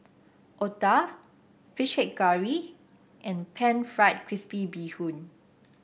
Otah fish head curry and pan fried crispy Bee Hoon